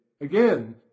again